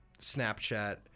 Snapchat